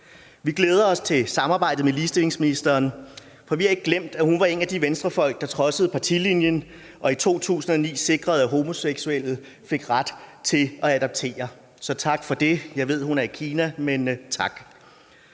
Vi glæder os til samarbejdet med ligestillingsministeren, for vi har ikke glemt, at hun var en af de Venstrefolk, der trodsede partilinjen og i 2009 sikrede, at homoseksuelle fik ret til at adoptere. Så tak for det. Jeg ved, hun er i Kina, men tak.